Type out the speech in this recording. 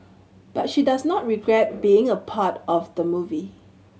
but she does not regret being a part of the movie